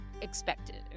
expected